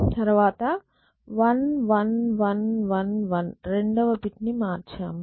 తర్వాత 11111 రెండవ బిట్ ని మార్చాము